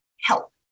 help